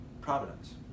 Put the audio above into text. providence